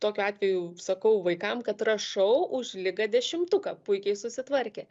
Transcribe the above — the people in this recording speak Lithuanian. tokiu atveju sakau vaikam kad rašau už ligą dešimtuką puikiai susitvarkė